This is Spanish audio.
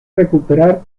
recuperar